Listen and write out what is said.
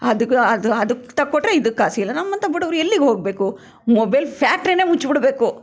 ಅದು ಗಾ ಅದು ಅದಕ್ಕೆ ತಗೊಟ್ರೆ ಇದಕ್ಕೆ ಕಾಸಿಲ್ಲ ನಮ್ಮಂಥ ಬಡವರು ಎಲ್ಲಿಗೆ ಹೋಗಬೇಕು ಮೊಬೆಲ್ ಫ್ಯಾಕ್ಟ್ರಿನೇ ಮುಚ್ಬಿಡಬೇಕು